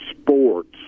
sports